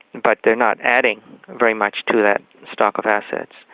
but they're not adding very much to that stock of assets.